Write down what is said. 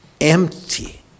empty